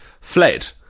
Fled